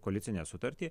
koalicinę sutartį